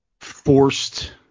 forced